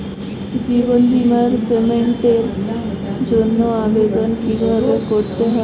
জীবন বীমার পেমেন্টের জন্য আবেদন কিভাবে করতে হয়?